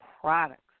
products